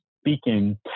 speaking